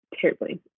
terribly